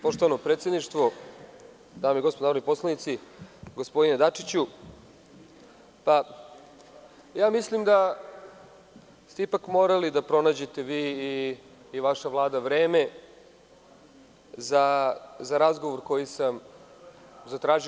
Poštovano predsedništvo, dame i gospodo narodni poslanici, gospodine Dačiću, mislim da ste ipak morali da pronađete vi i vaša Vlada vreme za razgovor koji sam zatražio.